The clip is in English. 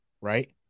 right